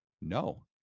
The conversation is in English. No